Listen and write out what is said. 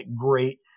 great